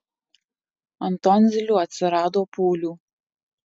ant tonzilių atsirado pūlių